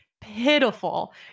pitiful